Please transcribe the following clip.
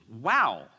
Wow